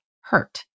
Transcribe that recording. hurt